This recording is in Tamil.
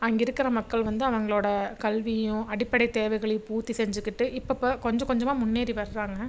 அங்கே இருக்கிற மக்கள் வந்து அவங்களோட கல்வியும் அடிப்படை தேவைகளையும் பூர்த்தி செஞ்சிக்கிட்டு இப்பப்ப கொஞ்சம் கொஞ்சமாக முன்னேறி வர்றாங்க